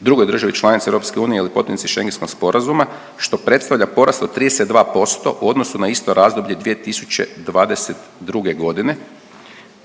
drugoj državi članici EU ili potpisnici Schengenskog sporazuma što predstavlja porast od 32% u odnosu na isto razdoblje 2022. godine.